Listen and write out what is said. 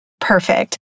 Perfect